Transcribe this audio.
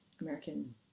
American